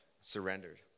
surrendered